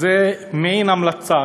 זה מעין המלצה.